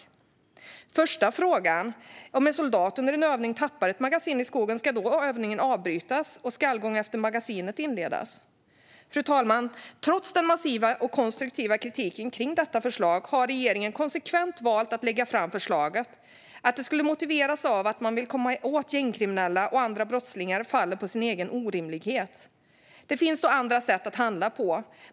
Min första fråga: Om en soldat under en övning tappar ett magasin i skogen, ska då övningen avbrytas och skallgång efter magasinet inledas? Fru talman! Trots den massiva och konstruktiva kritiken mot detta förslag har regeringen konsekvent valt att lägga fram förslaget. Att det skulle motiveras av att man vill komma åt gängkriminella och andra brottslingar faller på sin egen orimlighet. Då finns det andra sätt att handla på.